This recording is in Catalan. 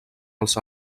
els